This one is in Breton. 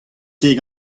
ket